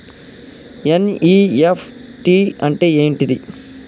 NEFT అంటే ఏంటిది?